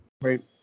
Right